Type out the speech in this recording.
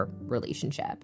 relationship